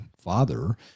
father